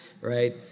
right